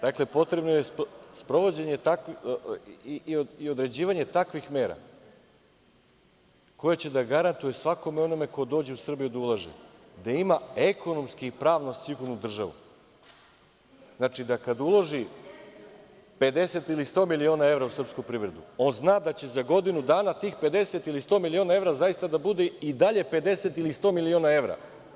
Dakle, potrebno je određivanje takvih mera koje će da garantuju svakom onom ko dođe u Srbiju da ulaže da ima ekonomski i pravno sigurnu državu, znači da kada uloži 50 ili 100 miliona evra u srpsku privredu, on zna da će za godinu dana tih 50 ili 100 miliona evra zaista da bude i dalje 50 ili 100 miliona evra.